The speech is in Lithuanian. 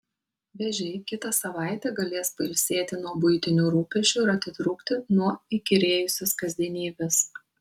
vėžiai kitą savaitę galės pailsėti nuo buitinių rūpesčių ir atitrūkti nuo įkyrėjusios kasdienybės